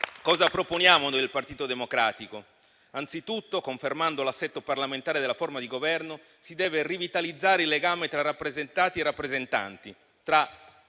Cosa proponiamo noi del Partito Democratico? Anzitutto, confermando l'assetto parlamentare della forma di governo, si deve rivitalizzare il legame tra rappresentati e rappresentanti, tra